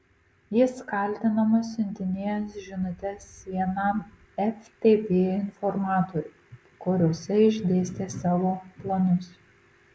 jis kaltinamas siuntinėjęs žinutes vienam ftb informatoriui kuriose išdėstė savo planus